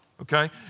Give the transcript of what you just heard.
okay